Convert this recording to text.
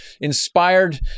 inspired